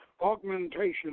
Augmentation